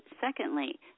secondly